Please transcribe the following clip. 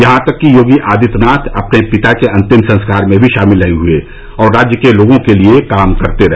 यहां तक कि योगी आदित्यनाथ अपने पिता के अंतिम संस्कार में भी शामिल नहीं हुए और राज्य के लोगों के लिए काम करते रहे